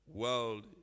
world